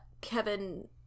Kevin